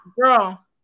Girl